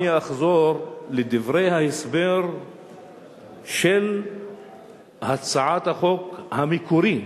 אני אחזור לדברי ההסבר של הצעת החוק המקורית,